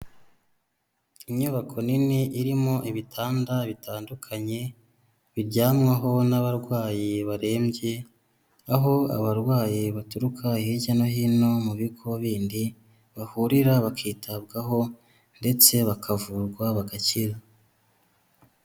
Inyubako nini irimo ibitanda bitandukanye, bijyamwaho n'abarwayi barembye, aho abarwayi baturuka hirya no hino mu bigo bindi bahurira, bakitabwaho ndetse bakavurwa bagakira.